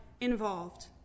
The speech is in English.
involved